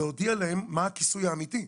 להודיע להם מה הכיסוי האמיתי.